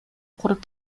куруп